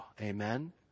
Amen